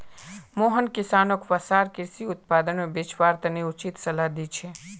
मोहन किसानोंक वसार कृषि उत्पादक बेचवार तने उचित सलाह दी छे